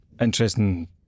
interesting